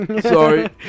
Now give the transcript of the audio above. Sorry